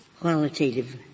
qualitative